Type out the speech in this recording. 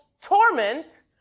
torment